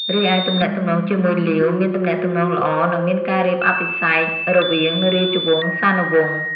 រីឯទំនាក់ទំនងជាមួយលាវ មានទំនាក់ទំនងល្អ និងមានការរៀបអភិសេករវាងរាជវង្សានុវង្ស។